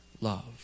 love